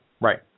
Right